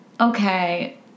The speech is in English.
Okay